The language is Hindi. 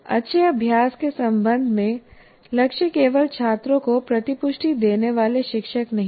अच्छे अभ्यास के संबंध में लक्ष्य केवल छात्रों को प्रतिपुष्टि देने वाले शिक्षक नहीं हैं